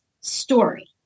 story